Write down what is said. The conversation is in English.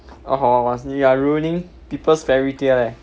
orh hor must be you are ruining people's fairy tale leh